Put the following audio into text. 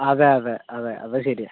അതെയതെ അതെ അതു ശരിയാണ്